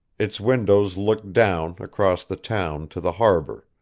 its windows looked down, across the town, to the harbor.